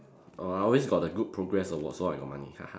oh I always got the good progress sward so I got money